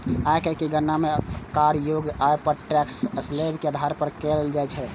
आयकर के गणना करयोग्य आय पर टैक्स स्लेब के आधार पर कैल जाइ छै